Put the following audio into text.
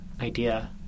idea